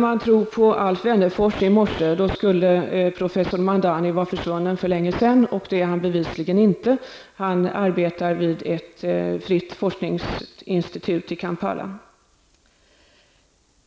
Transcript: Om man skall fästa tilltro till det som Alf Wennerfors sade, skulle professor Mandani vara försvunnen för länge sedan, och det är han bevisligen inte. Han arbetar vid ett fritt forskningsinstitut i Kampala.